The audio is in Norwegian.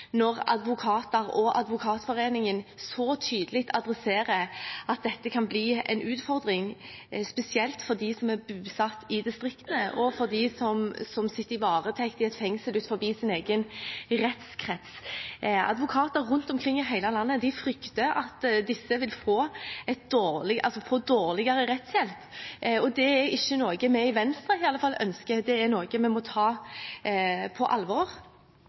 når advokater og Advokatforeningen så tydelig adresserer at dette kan bli en utfordring, spesielt for dem som er bosatt i distriktene, og for dem som sitter i varetekt i fengsel utenfor sin egen rettskrets. Advokater rundt omkring i hele landet frykter at disse vil få dårligere rettshjelp. Det er i hvert fall ikke noe vi i Venstre ønsker, og det er noe vi må ta på alvor.